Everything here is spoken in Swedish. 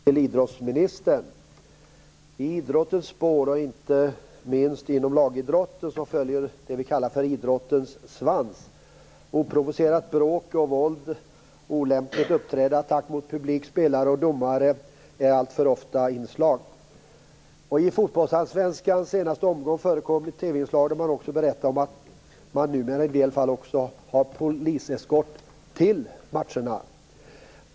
Fru talman! Jag vill ställa en fråga till idrottsministern. I idrottens spår - inte minst inom lagidrotten - följer det som kallas för svans. Oprovocerat bråk och våld, olämpligt uppträdande, attack mot publik, spelare och domare är alltför ofta förekommande inslag. Från fotbollsallsvenskans senaste omgång visades det ett TV-inslag där man berättade om att det numera också förekom poliseskort till matcherna.